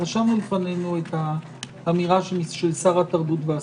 רשמנו לפנינו את האמירה של שר התרבות והספורט.